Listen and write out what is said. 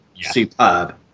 superb